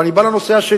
אבל אני בא לנושא השני,